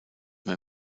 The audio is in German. mehr